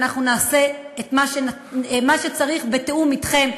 ואנחנו נעשה את מה שצריך בתיאום אתכם,